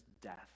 death